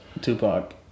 Tupac